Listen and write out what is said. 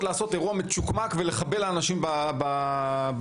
לעשות אירוע מצ'וקמק ולחבל לאנשים בהנאה,